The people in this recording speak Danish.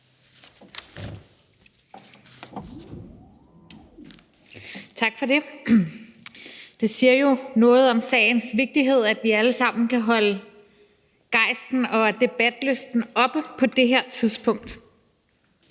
Tak for det. Det siger jo noget om sagens vigtighed, at vi alle sammen kan holde gejsten og debatlysten oppe på det her tidspunkt.